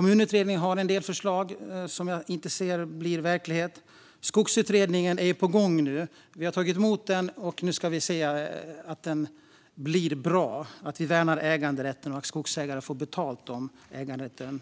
Kommunutredningen har en del förslag som jag inte ser bli verklighet. Skogsutredningen är på gång nu. Vi har tagit emot den, och nu ska vi se till att den blir bra - att vi värnar äganderätten och att skogsägare får betalt om äganderätten